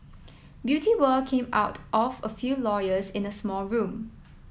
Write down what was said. beauty world came out of a few lawyers in a small room